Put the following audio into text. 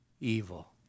evil